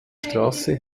straße